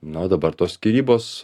na dabar tos skyrybos